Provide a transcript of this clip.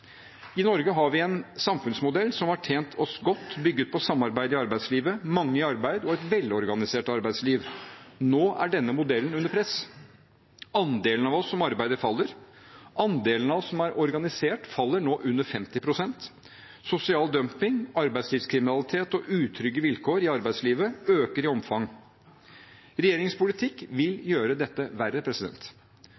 I Norge har vi en samfunnsmodell som har tjent oss godt, bygget på samarbeid i arbeidslivet, mange i arbeid og et velorganisert arbeidsliv. Nå er denne modellen under press. Andelen av oss som arbeider, faller. Andelen av oss som er organisert, faller nå under 50 pst. Sosial dumping, arbeidslivskriminalitet og utrygge vilkår i arbeidslivet øker i omfang. Regjeringens politikk vil